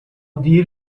دیر